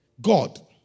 God